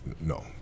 no